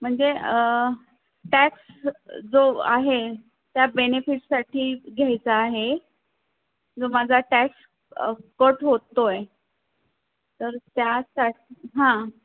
म्हणजे टॅक्स जो आहे त्या बेनिफिटसाठी घ्यायचा आहे जो माझा टॅक्स कट होतो आहे तर त्यास हां